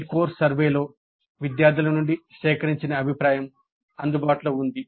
mid course సర్వేలో విద్యార్థుల నుండి సేకరించిన అభిప్రాయం అందుబాటులో ఉంది